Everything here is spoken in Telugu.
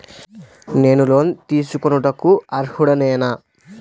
నేను లోన్ తీసుకొనుటకు అర్హుడనేన?